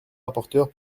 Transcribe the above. rapporteur